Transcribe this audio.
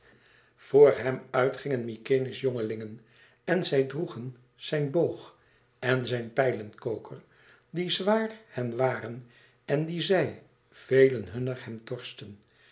voor hem uit gingen mykenæ's jongelingen en zij droegen zijn boog en zijn pijlenkoker die zwaar hen waren en die zij velen hunner hem torsten